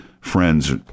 friends